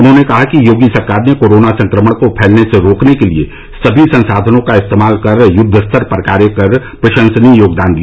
उन्होंने कहा कि योगी सरकार ने कोरोना संक्रमण को फैलने से रोकने के लिए सभी संसाधनों का इस्तेमाल कर युद्ध स्तर पर कार्य कर प्रशंसनीय योगदान दिया